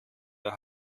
der